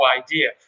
idea